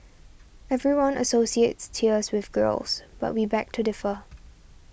everyone associates tears with girls but we beg to differ